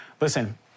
Listen